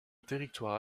territoire